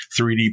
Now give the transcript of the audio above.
3D